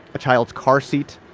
a child's car seat,